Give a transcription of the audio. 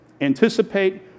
Anticipate